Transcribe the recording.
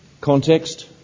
context